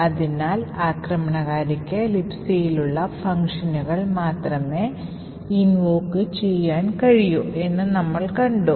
അതിനാൽ ആക്രമണകാരിക്ക് Libcയിലുള്ള ഫംഗ്ഷനുകൾ മാത്രമേ invoke ചെയ്യുവാൻ കഴിയൂ എന്ന് നമ്മൾ കണ്ടു